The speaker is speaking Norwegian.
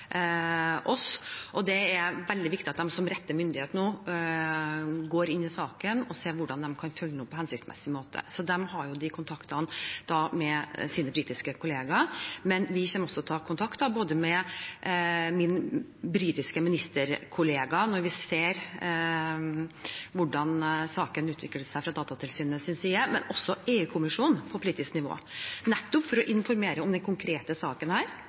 oss, og det er veldig viktig at de som rette myndighet nå går inn i saken og ser på hvordan de kan følge den opp på hensiktsmessig måte. De har kontakt med sine britiske kollegaer, men vi kommer også til å ha kontakt, både med min britiske ministerkollega, når vi ser hvordan saken utvikler seg fra Datatilsynets side, og også med EU-kommisjonen, på politisk nivå, nettopp for å informere om denne konkrete saken